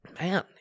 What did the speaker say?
man